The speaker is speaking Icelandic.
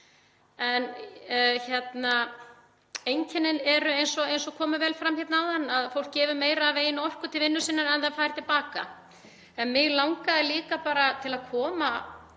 Einkennin eru, eins og kom vel fram hérna áðan, að fólk gefi meira af eigin orku til vinnu sinnar en það fær til baka. Mig langaði líka bara til að koma